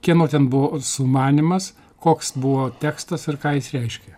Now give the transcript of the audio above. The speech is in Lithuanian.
kieno ten buvo sumanymas koks buvo tekstas ir ką jis reiškė